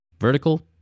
Vertical